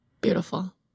beautiful